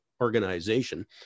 organization